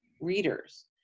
readers